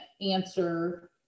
answer